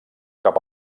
cap